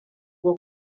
bwo